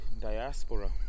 diaspora